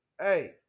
Hey